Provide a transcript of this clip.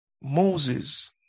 Moses